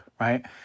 right